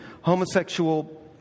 homosexual